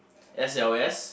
S L S